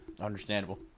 Understandable